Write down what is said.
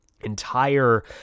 entire